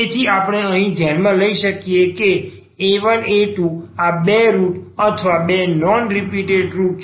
તેથી આપણે અહીં ધ્યાનમાં લઈએ કે a1 અને a2 આ બે રુટ અથવા બે નોન રીપીટેટ રુટ છે